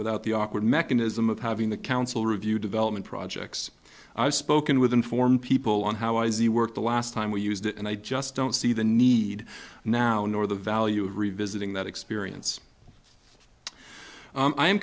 without the awkward mechanism of having the council reviewed development projects i've spoken with inform people on how is the work the last time we used it and i just don't see the need now nor the value of revisiting that experience